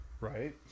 right